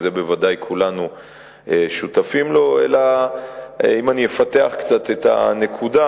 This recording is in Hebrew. שלזה בוודאי כולנו שותפים אלא אם אני אפתח קצת את הנקודה,